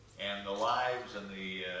and the lives and the